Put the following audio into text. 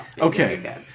Okay